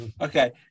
okay